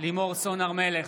לימור סון הר מלך,